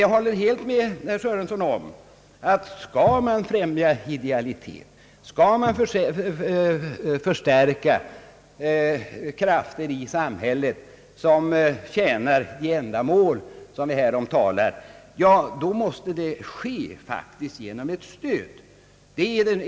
Jag instämmer helt med herr Sörenson i att om man skall främja idealiteten och förstärka de krafter i samhället som verkar för de ändamål vi här talar om, ja, då måste det faktiskt ske genom stöd.